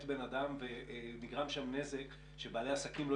אחרי שלצערנו מת בן אדם ונגרם שם נזק שבעלי העסקים לא